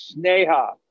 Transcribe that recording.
sneha